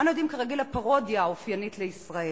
אנו עדים כרגיל לפרודיה האופיינית לישראל: